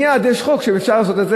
מייד יש חוק שאפשר לעשות אותו,